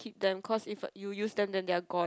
keep them cause if you use them then they are gone